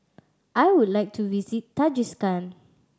I would like to visit Tajikistan